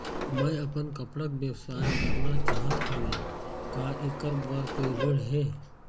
मैं अपन कपड़ा के व्यवसाय करना चाहत हावे का ऐकर बर कोई ऋण हे?